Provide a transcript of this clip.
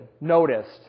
noticed